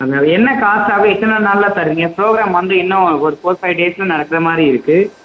அது என்ன காஸ்ட் ஆகும் எத்தனை நாளில் தருவீங்க ப்ரோக்ராம் வந்து இன்னும் ஒரு ஃபோர் ஃபைவ் டேஸில் நடக்குற மாதிரி இருக்குது